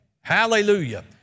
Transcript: Hallelujah